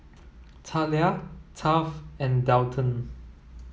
Thalia Taft and Dalton